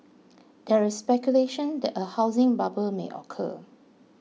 there is speculation that a housing bubble may occur